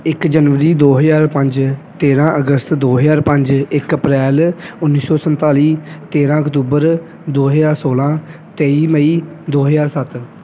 ਇੱਕ ਜਨਵਰੀ ਦੋ ਹਜ਼ਾਰ ਪੰਜ ਤੇਰ੍ਹਾਂ ਅਗਸਤ ਦੋ ਹਜ਼ਾਰ ਪੰਜ ਇੱਕ ਅਪ੍ਰੈਲ ਉੱਨੀ ਸੌ ਸੰਤਾਲੀ ਤੇਰ੍ਹਾਂ ਅਕਤੂਬਰ ਦੋ ਹਜ਼ਾਰ ਸੌਲ੍ਹਾਂ ਤੇਈ ਮਈ ਦੋ ਹਜ਼ਾਰ ਸੱਤ